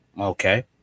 Okay